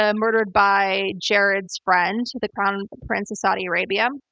ah murdered by jared's friend, the crown prince of saudi arabia.